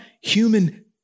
human